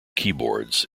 keyboards